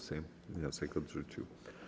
Sejm wniosek odrzucił.